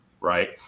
Right